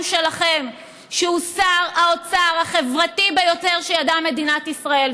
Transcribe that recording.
שלכם שהוא שר האוצר החברתי ביותר שידעה מדינת ישראל,